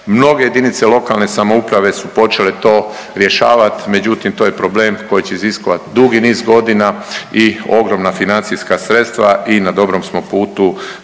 Mnoge jedinice lokalne samouprave su počele to rješavat, međutim to je problem koji će iziskovat dugi niz godina i ogromna financijska sredstva i na dobrom smo putu